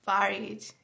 varied